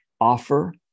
offer